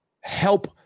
help